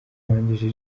wanjye